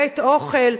בית-אוכל,